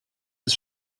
des